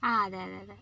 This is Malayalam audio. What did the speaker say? ആ അതെ അതെ